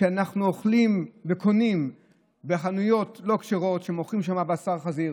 שהם אוכלים וקונים בחנויות לא כשרות שמוכרים שם בשר חזיר,